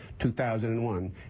2001